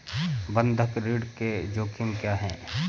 बंधक ऋण के जोखिम क्या हैं?